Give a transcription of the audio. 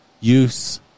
use